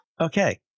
Okay